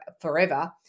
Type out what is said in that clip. forever